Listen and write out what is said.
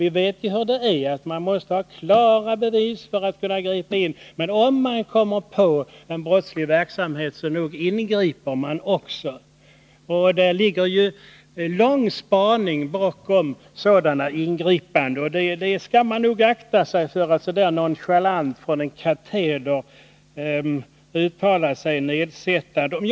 Vi vet också hur det är: man måste ha klara bevis för att kunna ingripa, men om man väl kommit på brottslig verksamhet, så ingriper man också. Bakom varje sådant ingripande ligger det ett långvarigt spaningsarbete. Så man bör nog akta sig för att så här nonchalant och som från en kateder uttala sig nedsättande därom.